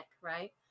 right